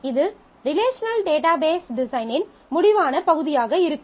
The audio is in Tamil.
இது ரிலேஷனல் டேட்டாபேஸ் டிசைனின் முடிவான பகுதியாக இருக்கும்